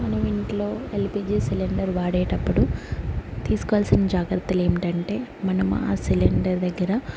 మనం ఇంట్లో LPG cylinder వాడేటప్పుడు తీసుకోవాల్సిన జాగ్రత్తలు ఏంటంటే మనమా సిలిండర్ దగ్గర